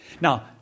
Now